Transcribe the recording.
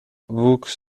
wuchs